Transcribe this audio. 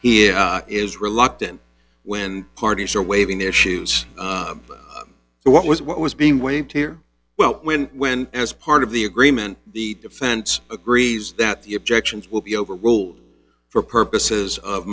he is reluctant when parties are waving their shoes so what was what was being waved here well when when as part of the agreement the defense agrees that the objections will be over well for purposes of